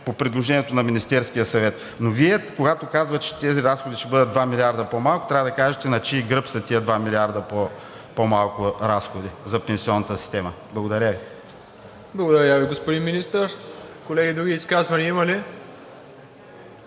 по предложението на Министерския съвет, но Вие, когато казвате, че тези разходи ще бъдат два милиарда по-малко, трябва да кажете на чий гръб са тези два милиарда по-малко разходи за пенсионната система? Благодаря Ви. ПРЕДСЕДАТЕЛ МИРОСЛАВ ИВАНОВ: Благодаря Ви, господин Министър. Колеги, други изказвания има ли?